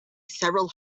several